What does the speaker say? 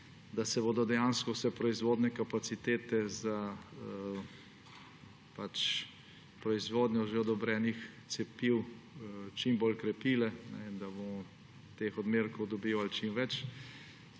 da se bodo dejansko vse proizvodne kapacitete za proizvodnjo že odobrenih cepiv čim bolj krepile, da bomo teh odmerkov dobivali čim več,